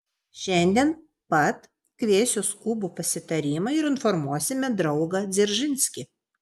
šiandien pat kviesiu skubų pasitarimą ir informuosime draugą dzeržinskį